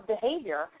behavior